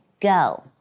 go